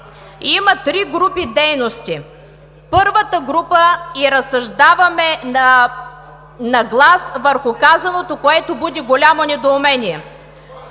„Има три групи дейности. Първата група…“ и разсъждаваме на глас върху казаното, което буди голямо недоумение.